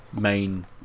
main